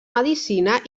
medicina